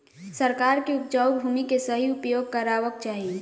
सरकार के उपजाऊ भूमि के सही उपयोग करवाक चाही